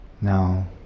Now